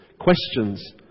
questions